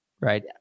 right